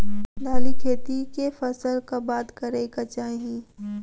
दालि खेती केँ फसल कऽ बाद करै कऽ चाहि?